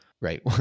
right